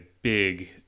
big